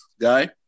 guy